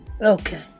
Okay